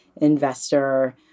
investor